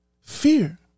Fear